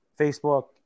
Facebook